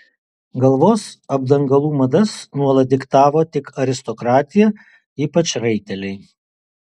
galvos apdangalų madas nuolat diktavo tik aristokratija ypač raiteliai